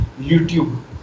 YouTube